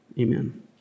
Amen